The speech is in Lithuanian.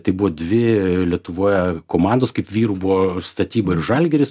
tai buvo dvi lietuvoje komandos kaip vyrų buvo statyba ir žalgiris